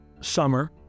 summer